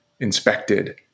inspected